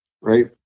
right